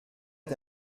est